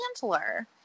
Handler